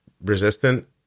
resistant